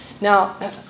Now